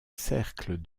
cercle